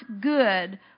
good